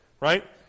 right